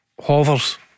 hovers